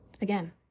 Again